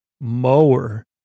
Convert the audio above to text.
mower